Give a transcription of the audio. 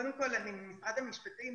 קודם כל אני משרד המשפטים,